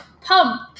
pump